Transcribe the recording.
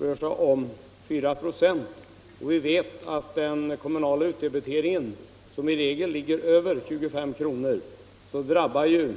rör sig om 4 96 och den kommunala utdebiteringen i regel ligger över 25 kr., drabbar